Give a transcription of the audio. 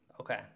Okay